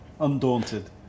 undaunted